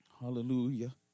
Hallelujah